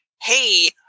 hey